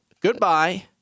goodbye